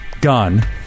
Gun